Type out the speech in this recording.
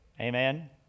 Amen